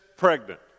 pregnant